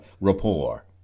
rapport